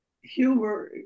humor